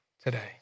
today